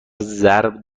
ضرب